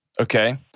Okay